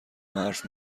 حرف